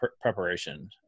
preparation